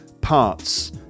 parts